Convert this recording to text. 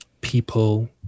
people